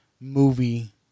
movie